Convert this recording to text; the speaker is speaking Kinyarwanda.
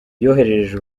yoherereje